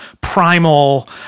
primal